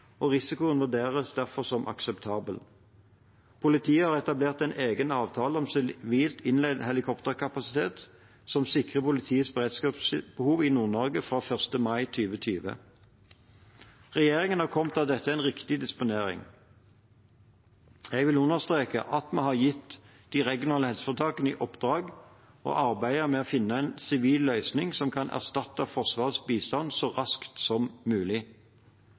og risikoen vurderes derfor som akseptabel. Politiet har etablert en egen avtale om sivilt innleid helikopterkapasitet som sikrer politiets beredskapsbehov i Nord-Norge fra 1. mai 2020. Regjeringen har kommet til at dette er en riktig disponering. Jeg vil understreke at vi har gitt de regionale helseforetakene i oppdrag å arbeide med å finne en sivil løsning som kan erstatte Forsvarets bistand så raskt som mulig.